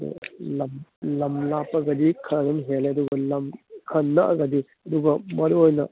ꯑꯗꯣ ꯂꯝ ꯂꯥꯞꯄꯒꯗꯤ ꯈꯔ ꯑꯗꯨꯝ ꯍꯦꯜꯂꯣ ꯑꯗꯨꯒ ꯂꯝ ꯈꯔ ꯅꯛꯑꯒꯗꯤ ꯑꯗꯨꯒ ꯃꯔꯨ ꯑꯣꯏꯅ